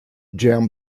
jam